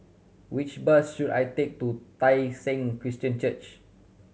which bus should I take to Tai Seng Christian Church